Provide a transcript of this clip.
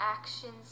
actions